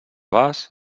vas